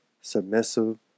submissive